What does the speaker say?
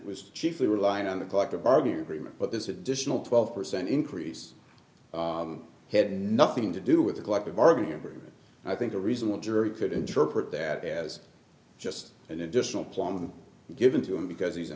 was chiefly relying on the collective bargaining agreement but this additional twelve percent increase had nothing to do with the collective bargaining agreement i think a reasonable jury could interpret that as just an additional plum given to him because he's a